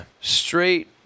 Straight